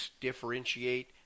differentiate